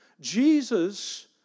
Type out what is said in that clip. Jesus